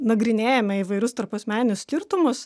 nagrinėjame įvairius tarpasmeninius skirtumus